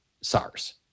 SARS